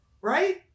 Right